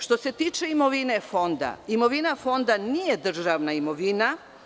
Što se tiče imovine Fonda, imovina Fonda nije državna imovina.